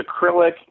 acrylic